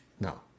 No